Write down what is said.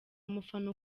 umufana